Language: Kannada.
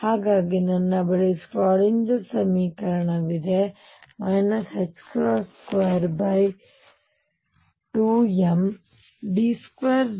ಹಾಗಾಗಿ ನನ್ನ ಬಳಿ ಈ ಶ್ರೋಡಿಂಗರ್ ಸಮೀಕರಣವಿದೆ 22md2 dx2mVδx maEψ